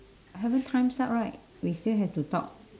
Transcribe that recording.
haven't time's up right we still have to talk